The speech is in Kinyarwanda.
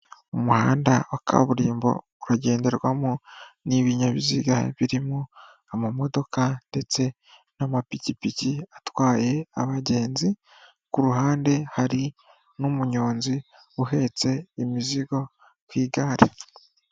Umuhanda wa kaburimbo, uragenderwamo n'ibinyabiziga birimo amamodoka ndetse n'amapikipiki atwaye abagenzi, ku ruhande hari n'umuyonzi uhetse imizigo ku igare.